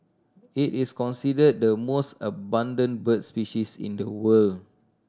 it is considered the most abundant birds species in the world